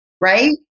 right